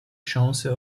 chance